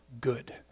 good